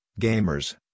gamers